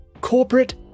corporate